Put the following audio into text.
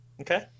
Okay